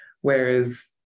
whereas